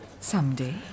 Someday